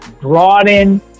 broaden